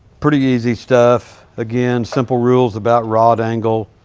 pretty easy stuff. again, simple rules about rod angle,